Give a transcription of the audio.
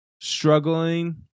struggling